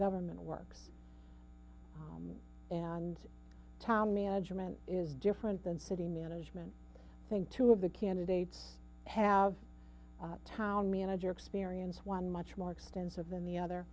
government works and time management is different than city management think two of the candidates have town manager experience one much more extensive than the other